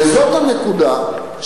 וזאת הנקודה,